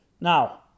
Now